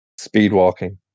Speedwalking